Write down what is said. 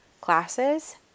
classes